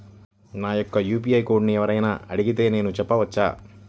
నా యొక్క యూ.పీ.ఐ కోడ్ని ఎవరు అయినా అడిగితే నేను చెప్పవచ్చా?